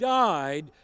died